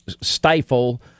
stifle